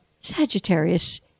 Sagittarius